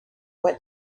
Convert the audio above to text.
went